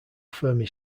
fermi